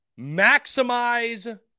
maximize